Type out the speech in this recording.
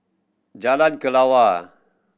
Jalan Kelawar